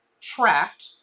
tracked